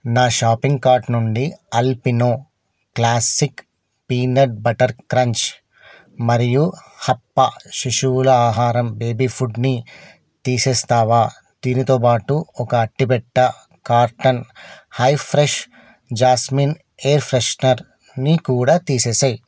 నా shopping cart నుండి Alpino classic peanut butter crunch మరియు హాప్పా శిశువుల ఆహారం బేబీ ఫుడ్ని తీసేస్తావా దీనితో పాటు ఒక అట్టపెట్టే carton high fresh jasmine air ఫ్రెషనర్ని కూడా తీసేసెయి